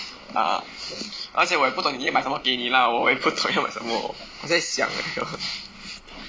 ah 而且我也不懂你要买什么给你 lah 我也不懂要买什么我在想